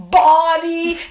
body